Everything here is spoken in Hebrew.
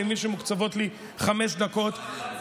אני מבין שמוקצבות לי חמש דקות,